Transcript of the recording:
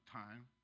time